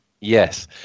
Yes